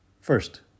First